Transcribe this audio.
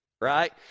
Right